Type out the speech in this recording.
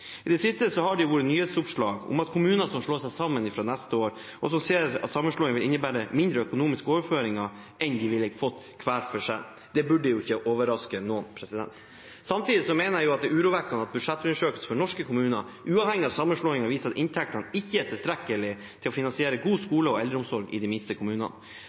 I det siste har det vært nyhetsoppslag om at kommuner som slår seg sammen fra neste år, ser at sammenslåing vil innebære mindre økonomiske overføringer enn de ville fått hver for seg. Det burde ikke overraske noen. Samtidig mener jeg at det er urovekkende at budsjettundersøkelser for norske kommuner, uavhengig av sammenslåing, viser at inntektene ikke er tilstrekkelige til å finansiere god skole og eldreomsorg i de minste kommunene.